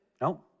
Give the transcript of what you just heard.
No